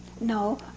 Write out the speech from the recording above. No